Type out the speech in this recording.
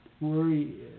worry